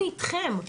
אני אתכן,